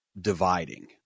dividing